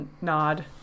nod